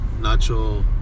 Nacho